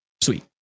sweet